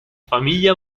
famiglia